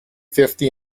fifty